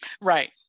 Right